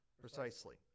Precisely